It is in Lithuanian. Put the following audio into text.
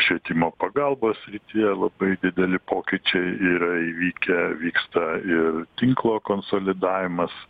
švietimo pagalbos srityje labai dideli pokyčiai yra įvykę vyksta ir tinklo konsolidavimas